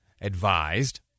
advised